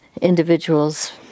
individuals